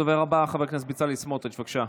הדובר הבא, חבר הכנסת בצלאל סמוטריץ', בבקשה.